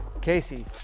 Casey